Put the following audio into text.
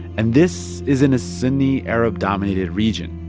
and this isn't a sunni arab dominated region.